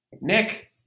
Nick